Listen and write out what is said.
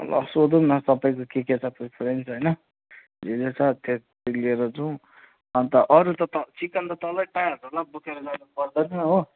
अँ ल सोधौँ न सबैको के के छ प्रिफरेन्स होइन जे जे छ त्यो लिएर जाउँ अन्त अरू त चिकन त तलै पाइहाल्छ होला बोकेर जानु पर्दैन हो